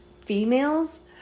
females